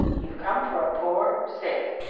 you've come for a poor stick.